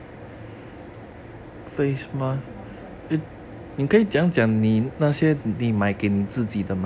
face mask lor